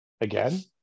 again